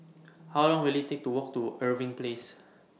How Long Will IT Take to Walk to Irving Place